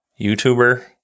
YouTuber